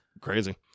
crazy